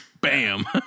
bam